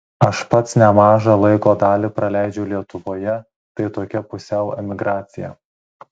aš pats nemažą laiko dalį praleidžiu lietuvoje tai tokia pusiau emigracija